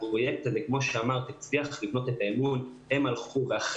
הפרויקט הזה הצליח לבנות את האמון והם הלכו ואחרי